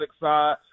side